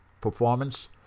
performance